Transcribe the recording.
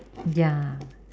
ya